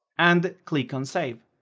and click on save.